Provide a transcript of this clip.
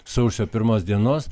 sausio pirmos dienos